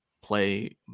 play